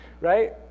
right